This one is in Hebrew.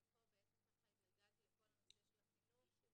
ומפה התגלגלתי לכל הנושא של החינוך,